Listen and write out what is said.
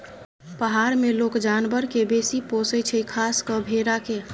पहार मे लोक जानबर केँ बेसी पोसय छै खास कय भेड़ा केँ